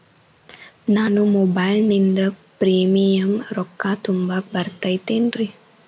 ನಾನು ಮೊಬೈಲಿನಿಂದ್ ಪ್ರೇಮಿಯಂ ರೊಕ್ಕಾ ತುಂಬಾಕ್ ಬರತೈತೇನ್ರೇ?